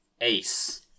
Ace